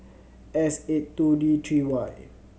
S eight two D three Y